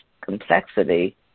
complexity